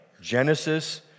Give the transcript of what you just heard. Genesis